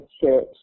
church